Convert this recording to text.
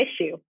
issue